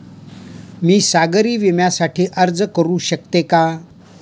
मी सागरी विम्यासाठी अर्ज करू शकते का?